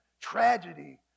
Tragedy